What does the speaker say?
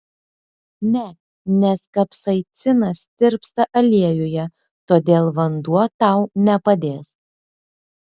ne nes kapsaicinas tirpsta aliejuje todėl vanduo tau nepadės